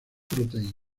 proteínas